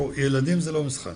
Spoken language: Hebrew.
ילדים זה לא משחק